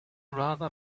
rather